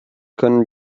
können